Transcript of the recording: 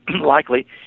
likely